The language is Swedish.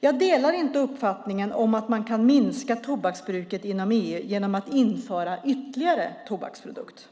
Jag delar inte uppfattningen att man kan minska tobaksbruket inom EU genom att införa ytterligare tobaksprodukter.